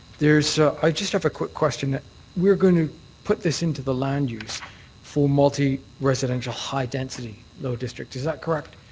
there's i just have a quick question. we're going to put this into the land use for multi-residential high density low district. is that correct?